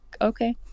okay